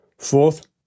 fourth